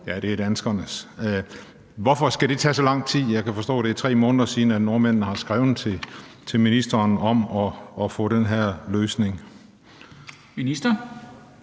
at det er danskernes. Hvorfor skal det tage så lang tid? Jeg kan forstå, at det er 3 måneder siden, at nordmændene har skrevet til ministeren om at få en løsning